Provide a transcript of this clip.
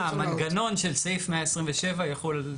אה, המנגנון של סעיף 127 יחול.